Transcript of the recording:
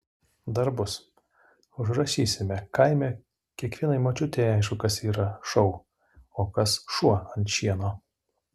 dar bus užrašysime kaime kiekvienai močiutei aišku kas yra šou o kas šuo ant šieno